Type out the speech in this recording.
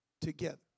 together